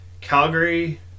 Calgary